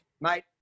mate